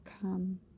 come